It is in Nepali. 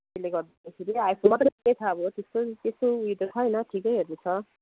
त्यसले गर्दाखेरि त्यस्तो त्यस्तो उयोहरू त छैन ठिकैहरू छ